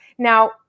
Now